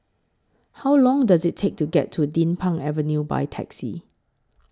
How Long Does IT Take to get to Din Pang Avenue By Taxi